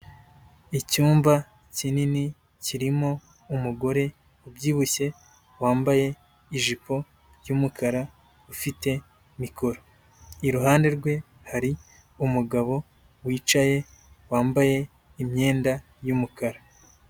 Icyumba kinini kirimo umugore ubyibushye wambaye ijipo y'umukara ufite mikoro, iruhande rwe hari umugabo wicaye wambaye imyenda y'umukara.